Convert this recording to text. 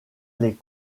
les